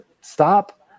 stop